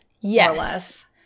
yes